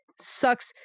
sucks